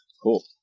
Cool